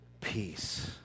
peace